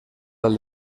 del